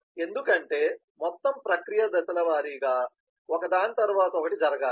ఎందుకంటే మొత్తం ప్రక్రియ దశల వారీగా ఒకదాని తరువాత ఒకటి జరగాలి